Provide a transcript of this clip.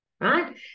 right